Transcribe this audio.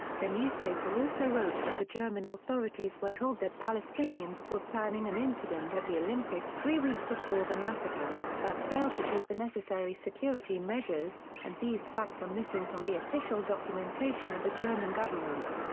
the newspaper also wrote that the german authorities were told that palestinians were planning an incident at the olympics three weeks before the massacre, but failed to take the necessary security measures, and these facts are missing from the official documentation of the german government.